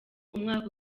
umwaka